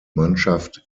mannschaft